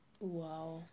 Wow